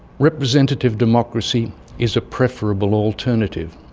representative democracy is a preferable alternative.